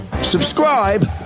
Subscribe